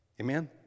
Amen